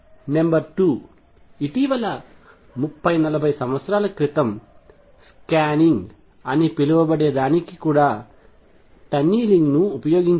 number 2 ఇటీవల 30 40 సంవత్సరాల క్రితం స్కానింగ్ అని పిలువబడేదానికి కూడా టన్నలింగ్ ఉపయోగించేవారు